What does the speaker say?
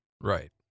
Right